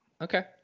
Okay